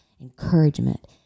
encouragement